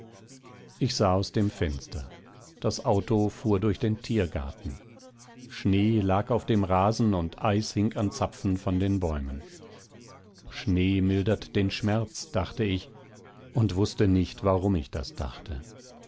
ich sah aus dem fenster das auto fuhr durch den tiergarten schnee lag auf dem rasen und eis hing an zapfen von den bäumen schnee mildert den schmerz dachte ich und wußte nicht warum ich das dachte